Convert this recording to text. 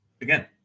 again